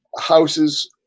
houses